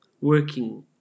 working